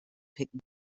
picken